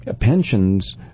pensions